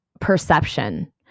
perception